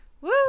Woo